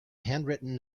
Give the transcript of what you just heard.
handwritten